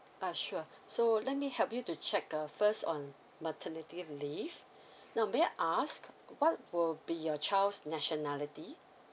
ah sure so let me help you to check uh first on maternity leave now may I ask what will be your child's nationality